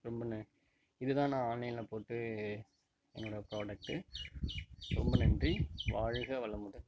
ரொம்ப ந இதுதான் நான் ஆன்லைனில் போட்டு என்னோட ப்ரொடக்ட்டு ரொம்ப நன்றி வாழ்க வளமுடன்